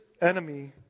enemy